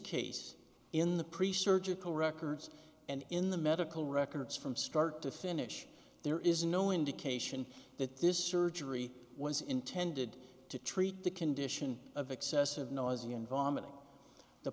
case in the pre surgical records and in the medical records from start to finish there is no indication that this surgery was intended to treat the condition of excessive noisy and